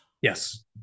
Yes